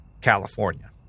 California